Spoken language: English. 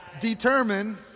determine